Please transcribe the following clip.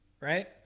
right